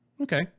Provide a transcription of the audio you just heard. Okay